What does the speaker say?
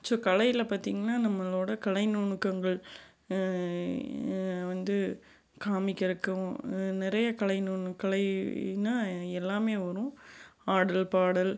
so கலையில் பாத்திங்கனா நம்மளோட கலை நுணுக்கங்கள் வந்து காமிக்கறதுக்கும் நிறைய கலை நுணு கலைன்னால் எல்லாமே வரும் ஆடல் பாடல்